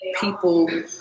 people